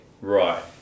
Right